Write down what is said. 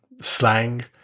slang